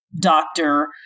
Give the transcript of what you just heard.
doctor